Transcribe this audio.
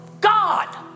God